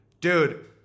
Dude